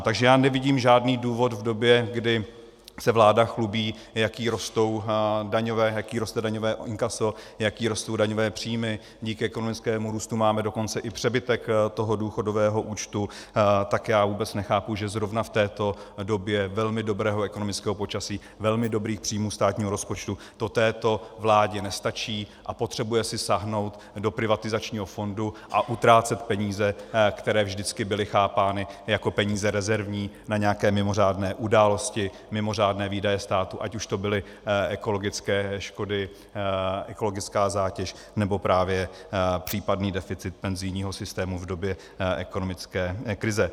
Takže já nevidím žádný důvod v době, kdy se vláda chlubí, jak jí roste daňové inkaso, jak jí rostou daňové příjmy, díky ekonomickému růstu máme dokonce i přebytek toho důchodového účtu, tak já vůbec nechápu, že zrovna v této době velmi dobrého ekonomického počasí, velmi dobrých příjmů státního rozpočtu to této vládě nestačí a potřebuje si sáhnout do privatizačního fondu a utrácet peníze, které vždycky byly chápány jako peníze rezervní na nějaké mimořádné události, mimořádné výdaje státu, ať už to byly ekologické škody, ekologická zátěž, nebo právě případný deficit penzijního systému v době ekonomické krize.